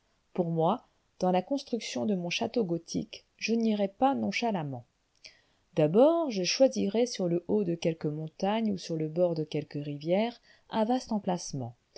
pour moi dans la construction de mon château gothique je n'irais pas nonchalamment d'abord je choisirais sur le haut de quelque montagne ou sur le bord de quelque rivière un vaste emplacement